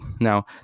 Now